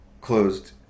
closed